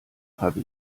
habe